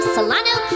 Solano